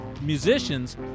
musicians